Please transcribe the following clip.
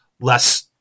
less –